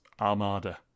Armada